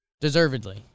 Deservedly